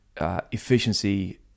efficiency